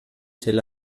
tel